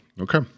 Okay